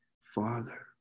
father